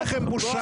אין לכם בושה.